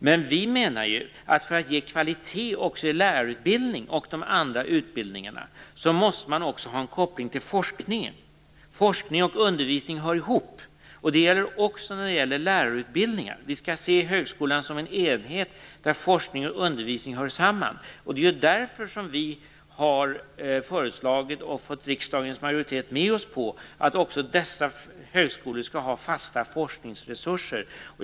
Men vi menar att för att ge kvalitet i lärarutbildning och andra utbildningar måste man också ha en koppling till forskning. Forskning och undervisning hör ihop, och det gäller också lärarutbildningar. Vi skall se högskolan som en helhet där forskning och undervisning hör samman. Det är därför vi har föreslagit och fått riksdagens majoritet med oss på att också dessa högskolor skall ha fasta forskningsresurser.